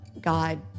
God